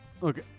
look